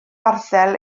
arddel